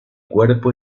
cuerpo